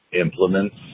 implements